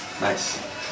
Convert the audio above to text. Nice